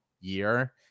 year